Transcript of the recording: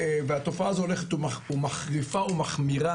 והתופעה הזאת הולכת ומחריפה ומחמירה,